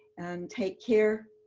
and take care.